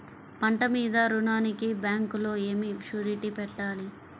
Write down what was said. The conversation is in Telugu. పంట మీద రుణానికి బ్యాంకులో ఏమి షూరిటీ పెట్టాలి?